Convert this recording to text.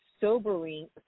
sobering